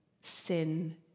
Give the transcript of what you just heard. sin